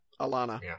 Alana